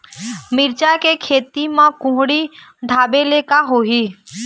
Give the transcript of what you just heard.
मिरचा के खेती म कुहड़ी ढापे ले का होही?